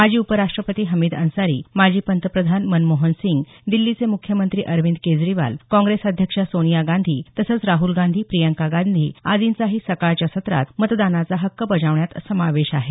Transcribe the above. माजी उपराष्ट्रपती हमीद अन्सारी माजी पंतप्रधान मनमोहन सिंग दिल्लीचे मुख्यमंत्री अरविंद केजरीवाल काँग्रेस अध्यक्षा सोनिया गांधी तसंच राहल गांधी प्रियंका गांधी आदींचाही सकाळच्या सत्रात मतदानाचा हक्क बजावणाऱ्यांत समावेश होता